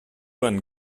one